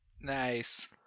nice